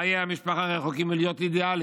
חיי המשפחה רחוקים מלהיות אידיאליים.